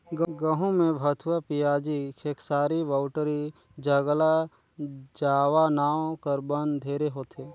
गहूँ में भथुवा, पियाजी, खेकसारी, बउटरी, ज्रगला जावा नांव कर बन ढेरे होथे